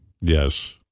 Yes